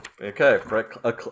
Okay